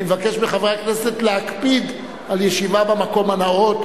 אני מבקש מחברי הכנסת להקפיד על ישיבה במקום הנאות,